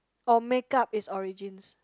or make up its origins